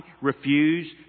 refuse